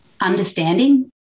understanding